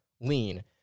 lean